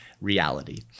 reality